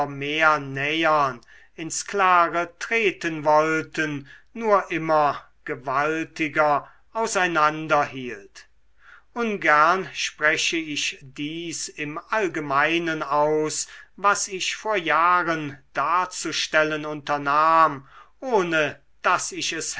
mehr nähern ins klare treten wollten nur immer gewaltiger auseinander hielt ungern spreche ich dies im allgemeinen aus was ich vor jahren darzustellen unternahm ohne daß ich es